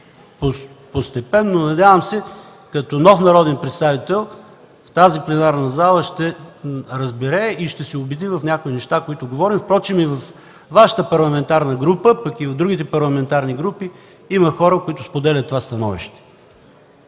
Постепенно като нов народен представител в тази пленарна зала, надявам се, ще разбере и ще се убеди в някои неща, за които говоря. Впрочем и във Вашата парламентарна група, и в другите парламентарни групи има хора, които споделят това становище.